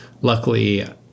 Luckily